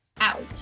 out